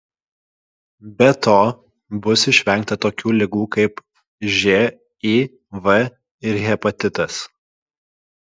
be to bus išvengta tokių ligų kaip živ ir hepatitas